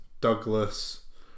Douglas